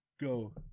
Go